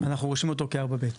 אנחנו רושמים אותו כ-4ב.